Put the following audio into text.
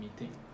meeting